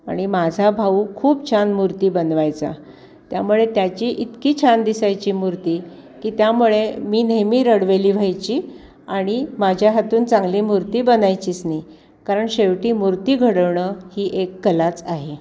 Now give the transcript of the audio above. आणि माझा भाऊ खूप छान मूर्ती बनवायचा त्यामुळे त्याची इतकी छान दिसायची मूर्ती की त्यामुळे मी नेहमी रडवेली व्हायची आणि माझ्या हातून चांगली मूर्ती बनायचीच नाही कारण शेवटी मूर्ती घडवणं ही एक कलाच आहे